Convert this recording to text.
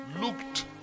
looked